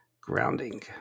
grounding